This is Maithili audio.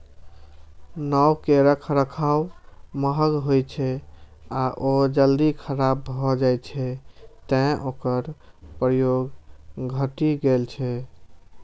नाव के रखरखाव महग होइ छै आ ओ जल्दी खराब भए जाइ छै, तें ओकर प्रयोग घटि गेल छै